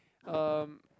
um